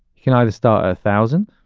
you either start a thousand.